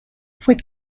fue